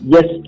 Yes